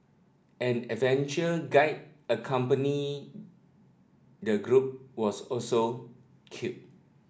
an adventure guide accompanying the group was also killed